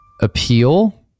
appeal